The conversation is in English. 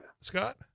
Scott